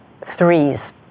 threes